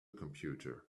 computer